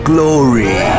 Glory